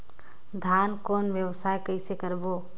धान कौन व्यवसाय कइसे करबो?